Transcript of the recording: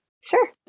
Sure